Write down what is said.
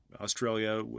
Australia